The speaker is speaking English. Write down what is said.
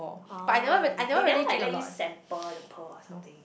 orh they never like let you sample the pearl or something